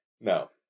No